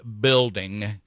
building